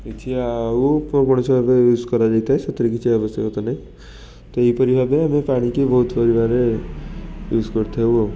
କିଛି ଆଉ କୌଣସି ଭାବେ ୟୁଜ୍ କରାଯାଇଥାଏ ସେଥିରେ କିଛି ଆବଶ୍ୟକତା ନାହିଁ ତ ଏହିପରି ଭାବେ ଆମେ ପାଣିକି ବହୁତ ପରିମାଣରେ ୟୁଜ୍ କରିଥାଉ